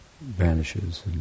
vanishes